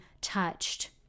touched